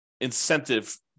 incentive